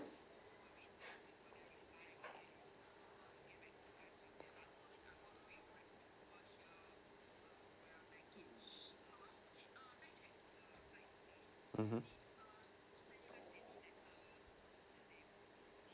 mmhmm